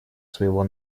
своего